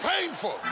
painful